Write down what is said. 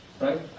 Right